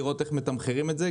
לראות איך מתמחרים את זה,